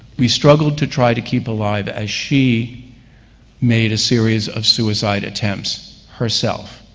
we struggled to try to keep alive as she made a series of suicide attempts herself.